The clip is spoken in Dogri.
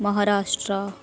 महाराश्ट्रा